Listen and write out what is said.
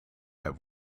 have